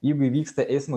jeigu įvyksta eismo